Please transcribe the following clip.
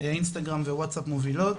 אינסטגרם ווטסאפ מובילות.